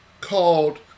called